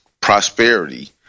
prosperity